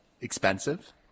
expensive